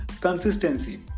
consistency